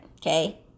okay